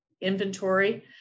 inventory